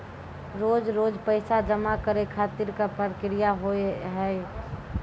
रोज रोज पैसा जमा करे खातिर का प्रक्रिया होव हेय?